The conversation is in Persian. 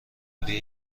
روی